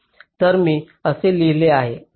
तर मी हे दिलेले आहे